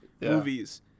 movies